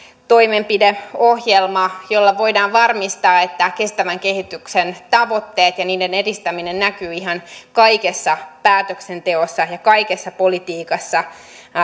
toimenpideohjelma jolla voidaan varmistaa että kestävän kehityksen tavoitteet ja niiden edistäminen näkyvät ihan kaikessa päätöksenteossa ja kaikessa politiikassa